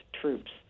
troops